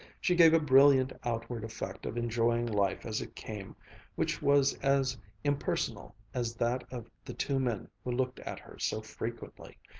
she gave a brilliant outward effect of enjoying life as it came which was as impersonal as that of the two men who looked at her so frequently,